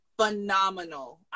phenomenal